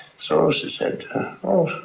so she said oh,